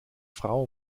frau